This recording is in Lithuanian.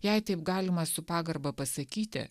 jei taip galima su pagarba pasakyti